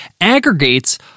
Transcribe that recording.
aggregates